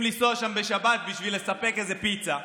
לנסוע שם בשבת בשביל לספק איזו פיצה.